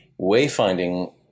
Wayfinding